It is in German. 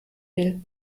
will